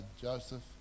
Joseph